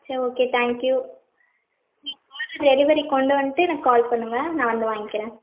சரி okay thank you நீங்கள் order delivery கொண்டுட்டு வந்துட்டு எனக்கு கால் பண்ணுங்கள் நான் வந்து வாங்கிக்கிறேன்